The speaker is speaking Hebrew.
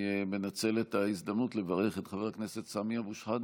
אני מנצל את ההזדמנות לברך את חבר הכנסת סמי אבו שחאדה.